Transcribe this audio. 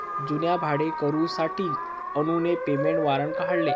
जुन्या भाडेकरूंसाठी अनुने पेमेंट वॉरंट काढले